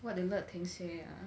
what did le ting say ah